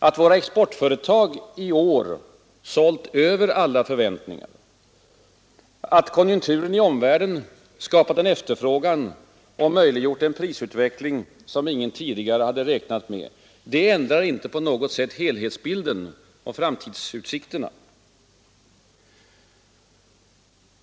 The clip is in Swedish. Att våra exportföretag i år sålt över alla förväntningar, att konjunkturen i omvärlden skapat en efterfrågan och möjliggjort en prisutveckling, som ingen tidigare hade räknat med, ändrar inte på något sätt helhetsbilden av framtidsutsikterna.